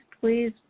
please